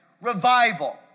revival